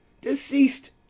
deceased